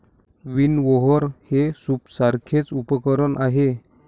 विनओवर हे सूपसारखेच उपकरण आहे